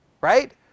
Right